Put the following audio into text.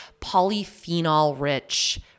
polyphenol-rich